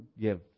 give